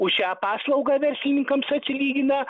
už šią paslaugą verslininkams atsilygina